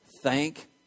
Thank